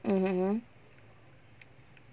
mmhmm